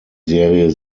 serie